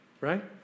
Right